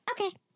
okay